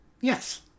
Yes